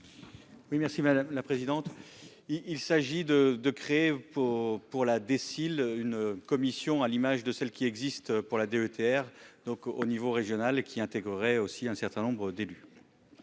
Oui merci madame la présidente, il s'agit de de créer pour pour la déciles une commission à l'image de celle qui existe pour la DETR, donc au niveau régional, qui intégrerait aussi un certain nombre d'élus.